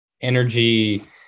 energy